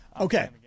Okay